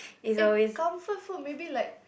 eh comfort food maybe like